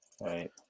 right